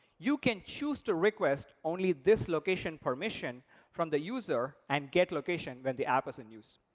you can choose to request only this location permission from the user, and get location when the app is in use.